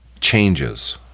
changes